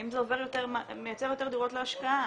האם זה מייצר יותר דירות להשקעה?